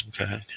okay